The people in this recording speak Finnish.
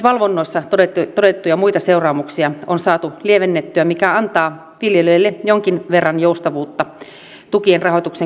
myös valvonnoissa todettuja muita seuraamuksia on saatu lievennettyä mikä antaa viljelijöille jonkin verran joustavuutta tukien rahoituksen kohdentamiseen